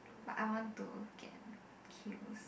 but I want to get killed als~